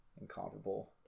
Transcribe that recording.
incomparable